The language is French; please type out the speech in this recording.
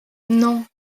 non